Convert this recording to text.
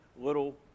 little